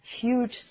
Huge